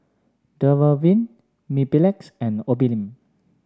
Dermaveen Mepilex and Obimin